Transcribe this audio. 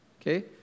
okay